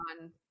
on